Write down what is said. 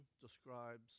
describes